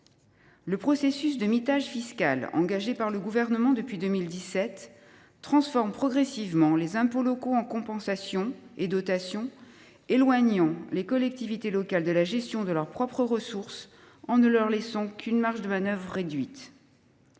Le processus de mitage fiscal engagé par le Gouvernement depuis 2017 transforme progressivement les impôts locaux en compensations et dotations. En conséquence, les collectivités locales sont éloignées de la gestion de leurs propres ressources et ne conservent qu’une marge de manœuvre réduite.